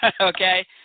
okay